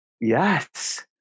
Yes